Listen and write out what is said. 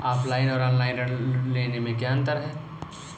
Offline और online ऋण लेने में क्या अंतर है?